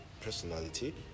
personality